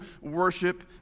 worship